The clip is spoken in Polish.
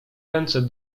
ręce